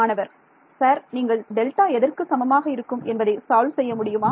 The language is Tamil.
மாணவர் சார் நீங்கள் டெல்டா எதற்கு சமமாக இருக்கும் என்பதை சால்வ் செய்ய முடியுமா